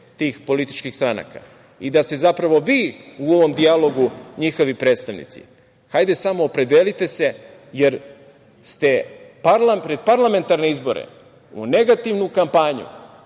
tih političkih stranaka i da ste zapravo vi u ovom dijalogu njihovi predstavnici. Hajde samo opredelite se, jer ste pred parlamentarne izbore negativnu kampanju